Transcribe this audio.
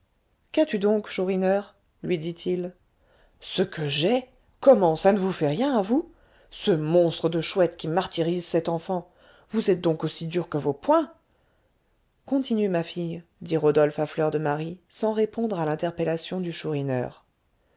qu'as-tu donc chourineur lui dit-il ce que j'ai comment ça ne vous fait rien à vous ce monstre de chouette qui martyrise cet enfant vous êtes donc aussi dur que vos poings continue ma fille dit rodolphe à fleur de marie sans répondre à l'interpellation du chourineur